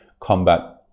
combat